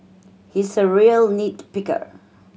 he is a real nit picker